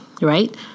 right